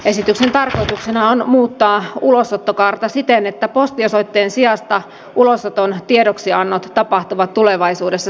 esityksen tarkoituksena on muuttaa ulosottokaarta siten että postiosoitteen sijasta ulosoton tiedoksiannot tapahtuvat tulevaisuudessa sähköisesti